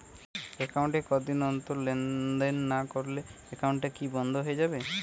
Account এ কতদিন অন্তর লেনদেন না করলে একাউন্টটি কি বন্ধ হয়ে যাবে?